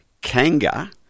Kanga